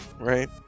right